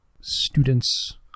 students